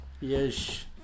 Yes